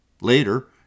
Later